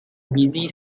busy